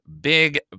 big –